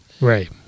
Right